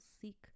seek